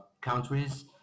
countries